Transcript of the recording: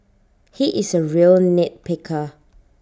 he is A real nit picker